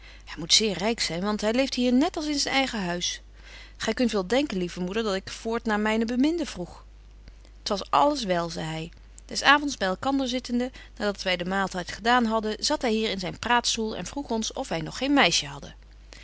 hy moet zeer ryk zyn want hy leeft hier net als in zyn eigen huis gy kunt wel denken lieve moeder dat ik voort naar myne beminde vroeg t was alles wel zei hy des avonds by elkander zittende na dat wy den maaltyd gedaan hadden zat hy in zyn praatstoel en vroeg ons of wy nog geen meisje hadden